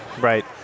Right